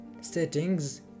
settings